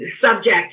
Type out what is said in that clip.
subject